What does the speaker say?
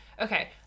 Okay